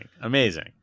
Amazing